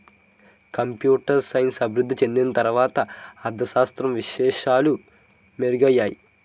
computer science అభివృద్ధి చెందిన తర్వాత అర్ధ శాస్త్ర విశేషాలు మెరుగయ్యాయి